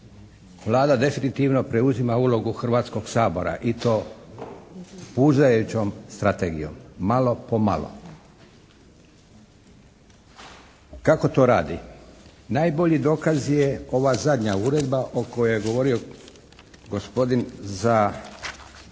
Vlada definitivno preuzima ulogu Hrvatskog sabora i to puzajućom strategijom, malo po malo. Kako to radi? Najbolji dokaz je ova zadnja uredba o kojoj je govorio gospodin za uredbu